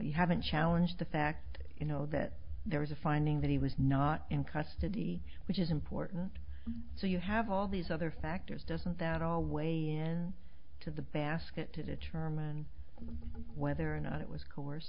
you have a challenge the fact you know that there is a finding that he was not in custody which is important so you have all these other factors doesn't that all weigh in to the basket to determine whether or not it was co